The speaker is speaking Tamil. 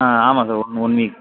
ஆ ஆமாம் சார் ஒன் ஒன் வீக்